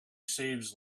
saves